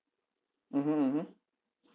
mmhmm mmhmm